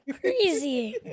Crazy